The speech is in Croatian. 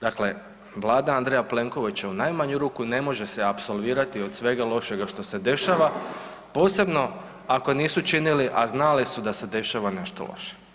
Dakle, Vlada Andreja Plenkovića u najmanju ruku ne može se apsolvirati od svega lošega što se dešava, posebno ako nisu činili, a znali su da se dešava nešto loše.